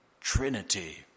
Trinity